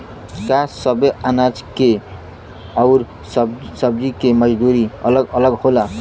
का सबे अनाज के अउर सब्ज़ी के मजदूरी अलग अलग होला?